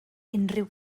unrhyw